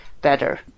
better